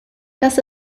das